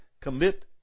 commit